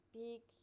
big